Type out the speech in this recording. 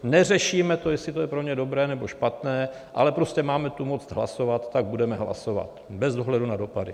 Neřešíme to, jestli to je pro ně dobré, nebo špatné, ale prostě máme tu moc hlasovat, tak budeme hlasovat bez ohledu na dopady!